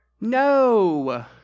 No